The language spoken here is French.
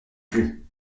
plus